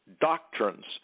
doctrines